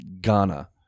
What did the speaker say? Ghana